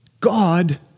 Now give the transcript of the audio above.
God